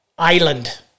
Island